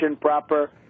proper